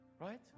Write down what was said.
right